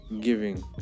giving